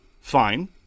fine